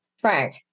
Frank